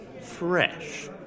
Fresh